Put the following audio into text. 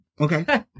Okay